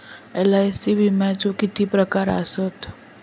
LIC विम्याचे किती प्रकार आसत?